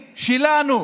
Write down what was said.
שלנו,